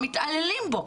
מתעללים בו.